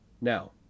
now